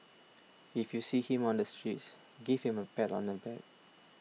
if you see him on the streets give him a pat on the back